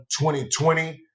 2020